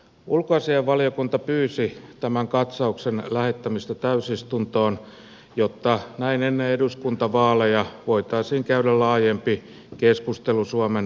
ulkoasiainvaliokunta pyysi tämän katsauksen lähettämistä täysistuntoon jotta näin ennen eduskuntavaaleja voitaisiin käydä laajempi keskustelu suomen turvallisuuspolitiikasta